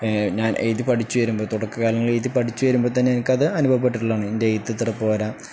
ഞാൻ എഴത് പഠച്ച് വരുമ്പോ തുടക്കാലങ്ങളിൽഴുത് പഠച്ച് വരുമ്പോ തന്നെ എനക്ക്ത് അനുഭവപ്പെട്ടുള്ളതാണ് എൻ്റെ എുത്തിത്തട പോരാ